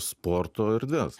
sporto erdves